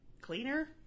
Cleaner